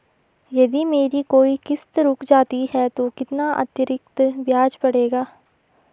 यदि मेरी कोई किश्त रुक जाती है तो कितना अतरिक्त ब्याज पड़ेगा?